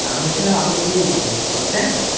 আমি বলছিলাম আপনি কি দুধ দেন